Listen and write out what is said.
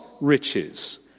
riches